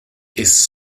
his